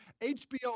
HBO